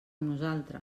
nosaltres